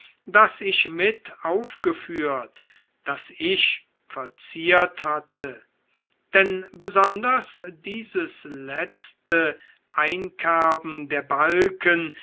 das ich mit aufgeführt das ich verziert hatte denn besonders dieses letzte einkerben der balken